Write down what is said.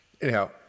Anyhow